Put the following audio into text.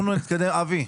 אבי,